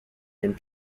and